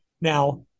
Now